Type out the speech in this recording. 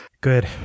good